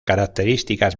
características